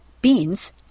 beans